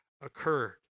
occurred